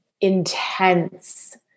intense